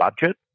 budget